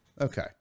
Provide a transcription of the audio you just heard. Okay